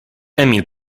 emil